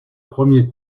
premier